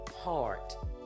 heart